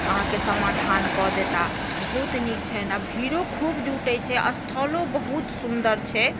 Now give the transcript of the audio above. अहाँकेँ समाधान कऽ देताह बहुत नीक छनि आ भिड़ो खुब जुटै छै आ स्थलो बहुत सुन्दर छै